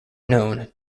known